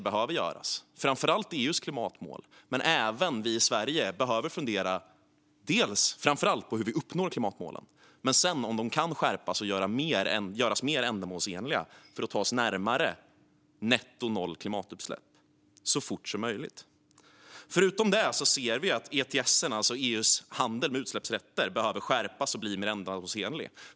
Det gäller framför allt EU:s klimatmål, men även vi i Sverige behöver fundera på framför allt hur vi ska uppnå klimatmålen och sedan på om de kan skärpas och göras mer ändamålsenliga för att ta oss närmare netto noll klimatutsläpp så fort som möjligt. Förutom detta ser vi att ETS:en, alltså EU:s handel med utsläppsrätter, behöver skärpas och bli mer ändamålsenlig.